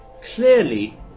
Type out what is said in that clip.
Clearly